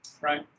Right